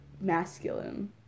masculine